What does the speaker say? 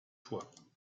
fois